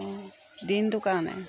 অঁ দিনটো কাৰণে